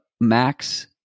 max